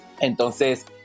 Entonces